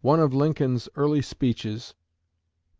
one of lincoln's early speeches